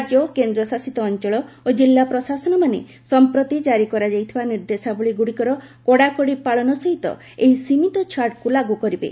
ରାଜ୍ୟ ଓ କେନ୍ଦ୍ରଶାସିତ ଅଞ୍ଚଳ ଓ କିଲ୍ଲାପ୍ରଶାସନମାନେ ସଂପ୍ରତି ଜାରି କରାଯାଇଥିବା ନିର୍ଦ୍ଦେଶାବଳୀର କଡ଼ାକଡ଼ି ପାଳନ ସହିତ ଏହି ସୀମିତ ଛାଡ଼କୁ ଲାଗୁ କରିବେ